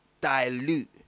dilute